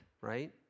right